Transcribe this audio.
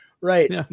Right